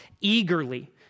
eagerly